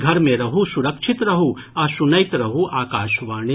घर मे रहू सुरक्षित रहू आ सुनैत रहू आकाशवाणी